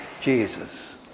Jesus